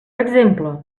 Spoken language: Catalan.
exemple